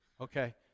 Okay